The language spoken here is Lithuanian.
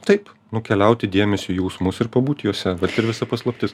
taip nukeliauti dėmesiu į jausmus ir pabūt juose ir visa paslaptis